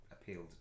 appealed